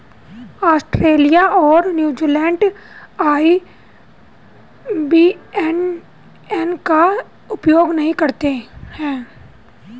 Australia और New Zealand IBAN का उपयोग नहीं करते हैं